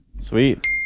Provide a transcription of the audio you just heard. Sweet